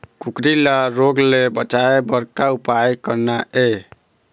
कुकरी ला रोग ले बचाए बर का उपाय करना ये?